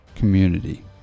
community